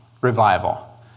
revival